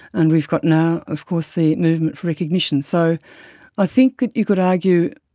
and we've got now of course the movement for recognition. so i think that you could argue,